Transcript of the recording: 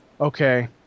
Okay